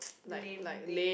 lame thing